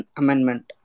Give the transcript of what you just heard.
amendment